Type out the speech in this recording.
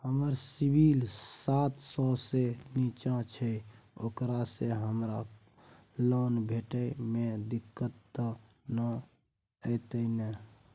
हमर सिबिल सात सौ से निचा छै ओकरा से हमरा लोन भेटय में दिक्कत त नय अयतै ने?